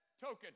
token